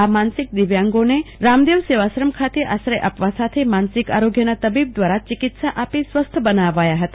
આ માનસિક દિવ્યાંગોને રામદેવ સેવાશ્રમ ખાતે આશ્રય આપવા સાથે માનસિક આરોગ્યના તબીબ દ્વારા ચિકિત્સા આપી સ્વસ્થ બનાવાયા હતા